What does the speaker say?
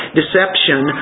deception